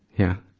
yeah.